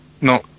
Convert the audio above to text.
No